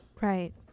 right